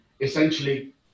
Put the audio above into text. essentially